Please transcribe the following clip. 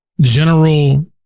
general